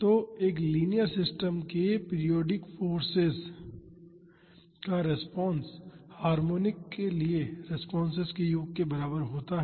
तो एक linear system के पीरियाडिक फाॅर्स का रिस्पांस हार्मोनिक्स के लिए रेस्पॉन्सेस के योग के बराबर होती है